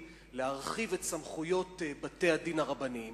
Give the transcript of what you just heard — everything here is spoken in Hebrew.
להרחיב את סמכויות בתי-הדין הרבניים.